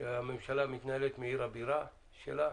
שהממשלה מתנהלת מעיר הבירה שלה.